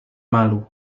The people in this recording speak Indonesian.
malu